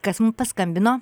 kas mum paskambino